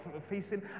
facing